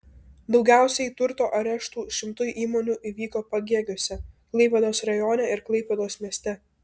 daugiausiai turto areštų šimtui įmonių įvyko pagėgiuose klaipėdos rajone ir klaipėdos mieste